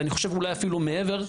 ואני חושב אולי אפילו מעבר,